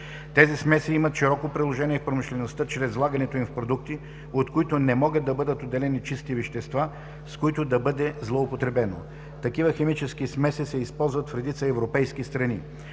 Тези смеси имат широко приложение в промишлеността чрез влагането им в продукти, от които не могат да бъдат отделени чисти вещества, с които да бъде злоупотребено. Такива химически смеси се използват в редица европейски страни.